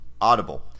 Audible